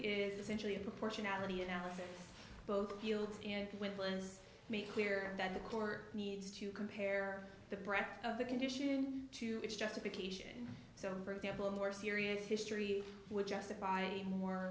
is essentially a proportionality analysis both fields and when it lands make clear that the court needs to compare the breadth of the condition to its justification so for example a more serious history would justify any more